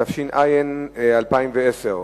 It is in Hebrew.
אין מתנגדים ואין נמנעים.